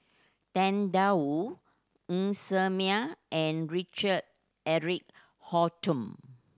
Tang Da Wu Ng Ser Miang and Richard Eric Holttum